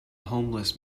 homeless